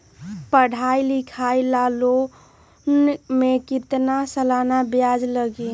पढाई लिखाई ला लोन के कितना सालाना ब्याज लगी?